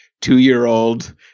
two-year-old